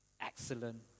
excellent